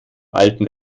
alten